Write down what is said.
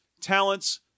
talents